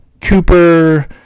cooper